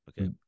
Okay